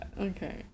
okay